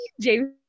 James